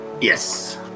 Yes